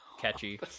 catchy